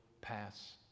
pass